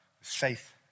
faith